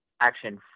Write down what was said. action